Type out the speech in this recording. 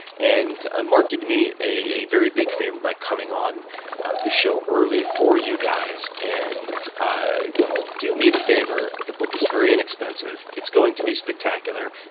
and marc did me a very big favor by coming on the show early for you guys. and ah do me the favor. the book is very inexpensive. it's going to be spectacular.